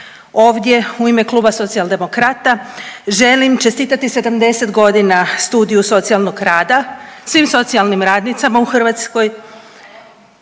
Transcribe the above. ovdje u ime Kluba Socijaldemokrata želim čestitati 70 godina studiju socijalnog rada svim socijalnim radnicama u Hrvatskoj,